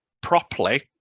properly